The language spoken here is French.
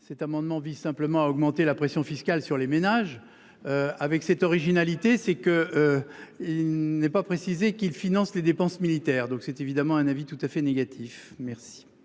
cet amendement vise simplement à augmenter la pression fiscale sur les ménages. Avec cette originalité c'est que. Il n'est pas précisé qu'ils financent les dépenses militaires donc c'est évidemment un avis tout à fait négatif. Merci